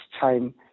time